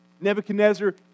Nebuchadnezzar